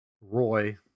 Roy